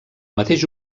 mateix